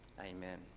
Amen